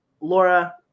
laura